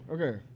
Okay